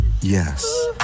Yes